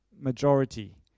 majority